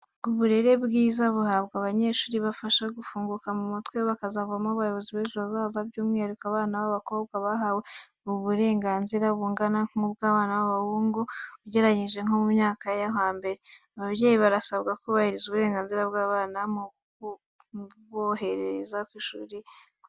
Uburere bwiza buhabwa abanyeshuri bubafasha gufunguka mu mutwe bakazavamo abayobozi bejo hazaza, by'umwihariko abana b'abakobwa bahawe uburenganzira bungana nk'ubw'abana b'abahungu ugereranyije nko mu myaka yo hambere. Babyeyi murasabwa kubahiriza uburenganzira bw'abana mubohereza ku ishuri ku gihe.